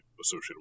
associated